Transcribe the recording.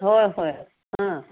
होय होय हां